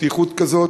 פתיחות כזאת,